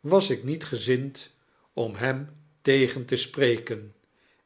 was ik niet gezind om hem tegen te spreken